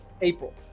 April